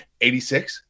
86